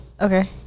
Okay